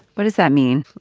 what does that mean?